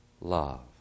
love